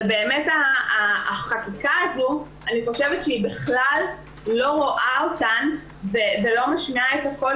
אבל אני חושבת שהחקיקה הזו בכלל לא רואה אותן ולא משמיעה את הקול